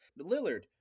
Lillard